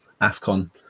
AFCON